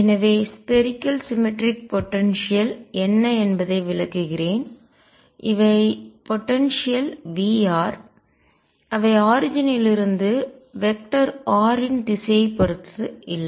எனவே spherical symmetric potential கோளமாக சமச்சீர் ஆற்றல் என்ன என்பதை விளக்குகிறேன் இவை போடன்சியல் ஆற்றல்கள் V அவை ஆரிஜின் லிருந்து வெக்டர் திசையன் r இன் திசையைப் பொறுத்து இல்லை